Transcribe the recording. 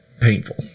painful